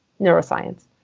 neuroscience